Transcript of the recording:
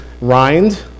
rind